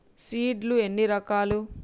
Seed లు ఎన్ని రకాలు?